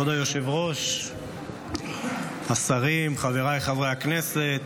כבוד היושב-ראש, השרים, חבריי חברי הכנסת,